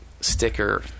sticker